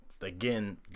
Again